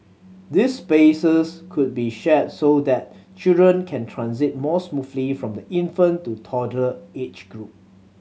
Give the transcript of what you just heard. these spaces could be shared so that children can transit more smoothly from the infant to toddler age group